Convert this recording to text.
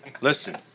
Listen